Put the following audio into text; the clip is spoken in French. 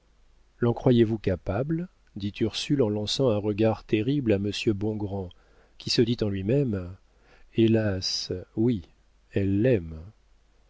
l'en croyez-vous capable dit ursule en lançant un regard terrible à monsieur bongrand qui se dit en lui-même hélas oui elle l'aime